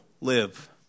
live